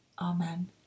Amen